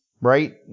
Right